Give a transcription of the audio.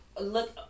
Look